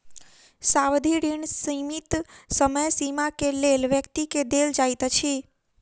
सावधि ऋण सीमित समय सीमा के लेल व्यक्ति के देल जाइत अछि